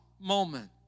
moment